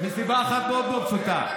מסיבה אחת מאוד מאוד פשוטה,